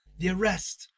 the arrest,